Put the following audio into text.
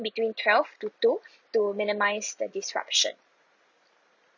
between twelve to two to minimise the disruption